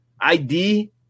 ID